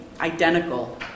identical